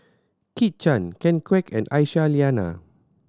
Kit Chan Ken Kwek and Aisyah Lyana